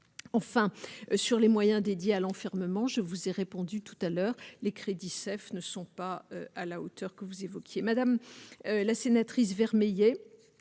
enfin sur les moyens dédiés à l'enfermement, je vous ai répondu tout à l'heure, les crédits Seif ne sont pas à la hauteur que vous évoquiez, madame la sénatrice vermeil et